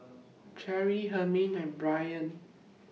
Cherri Hymen and Brain